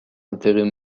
intérêts